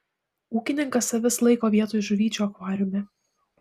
ūkininkas avis laiko vietoj žuvyčių akvariume